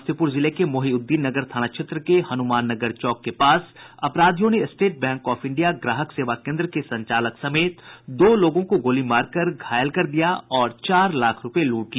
समस्तीपुर जिले के मोहिउद्दीननगर थाना क्षेत्र के हनुमाननगर चौक के पास अपराधियों ने स्टेट बैंक ऑफ इंडिया ग्राहक सेवा केंद्र के संचालक समेत दो लोगों को गोली मारकर घायल कर चार लाख रुपये लूट लिए